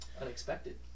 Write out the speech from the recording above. Unexpected